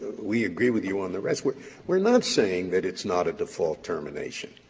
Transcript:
we agree with you on the rest, we're we're not saying that it's not a default termination.